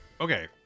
Okay